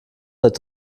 seit